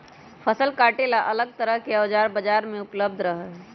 फसल काटे ला अलग तरह के औजार बाजार में उपलब्ध रहा हई